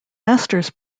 masters